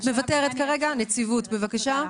הנציבות, בבקשה.